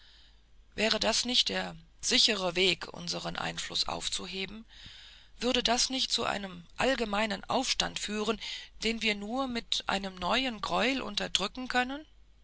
wäre das nicht der sichere weg unsern einfluß aufzuheben würde das nicht zu einem allgemeinen aufstand führen den wir nur mit neuen greueln unterdrücken könnten